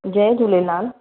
Jay Jhulelal